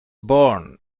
born